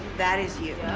that is you.